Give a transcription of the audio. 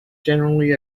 generally